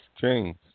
James